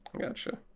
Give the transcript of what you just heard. gotcha